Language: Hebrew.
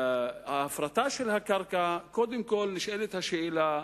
ההפרטה של הקרקע, קודם כול נשאלת השאלה,